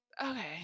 Okay